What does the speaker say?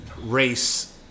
race